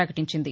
ప్రపకటించింది